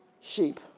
sheep